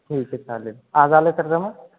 ठीक आहे चालेल आज आलं तर जमेल